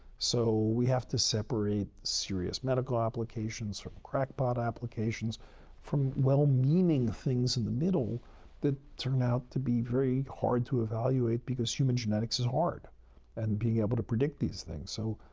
so, we have to separate the serious medical applications from crackpot applications from well-meaning things in the middle that turn out to be very hard to evaluate because human genetics is hard and being able to predict these things. so,